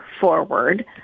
forward